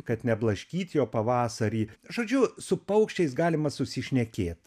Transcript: kad neblaškyt jo pavasarį žodžiu su paukščiais galima susišnekėt